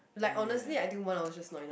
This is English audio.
like honestly I think one of us just not enough